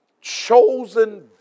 chosen